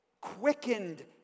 quickened